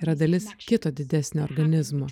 yra dalis kito didesnio organizmo